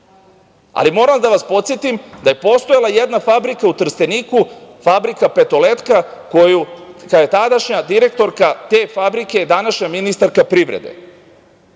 Ali, moram da vas podsetim da je postojala jedna fabrika u Trsteniku, fabrika „Petoletka“, koju je tadašnja direktorka te fabrike, današnja ministarka privrede,